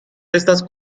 estas